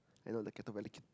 I know the kettle very cute